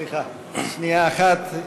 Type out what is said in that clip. סליחה, שנייה אחת.